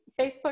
Facebook